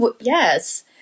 Yes